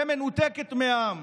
ומנותקת מהעם.